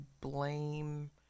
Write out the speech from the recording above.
blame